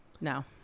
No